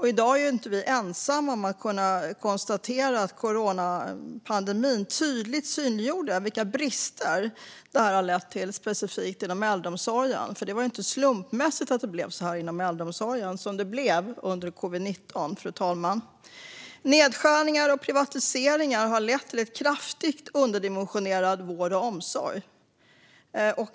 I dag är vi inte ensamma om att kunna konstatera att coronapandemin tydligt synliggjorde vilka brister detta har lett till specifikt inom äldreomsorgen. Det var ingen slump att det blev som det blev inom äldreomsorgen under covid-19, fru talman. Nedskärningar och privatiseringar har lett till kraftigt underdimensionerad vård och omsorg.